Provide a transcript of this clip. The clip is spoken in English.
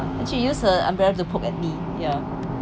and she use her umbrella to poke at me ya